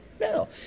No